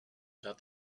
about